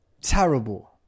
terrible